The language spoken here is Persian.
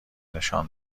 نشان